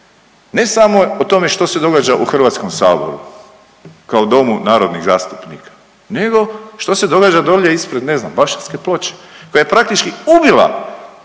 ne samo o tome što se događa u HS-u kao domu narodnih zastupnika nego što se događa dolje ispred, ne znam Baščanske ploče koja je praktički ubila